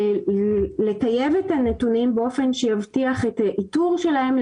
לטייב את הנתונים באופן שיבטיח את האיתור שלהם,